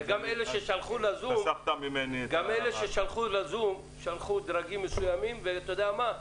וגם אלה ששלחו לזום שלחו דרגים מסוימים ואתה יודע מה,